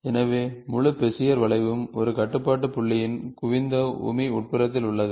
எனவே முழு பெசியர் வளைவும் ஒரு கட்டுப்பாட்டு புள்ளியின் குவிந்த உமி உட்புறத்தில் உள்ளது